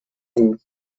roux